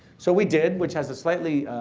so we did which has a slightly,